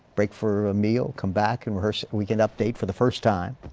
break for a meal, come back and rehearse, we can update for the first time.